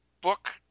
book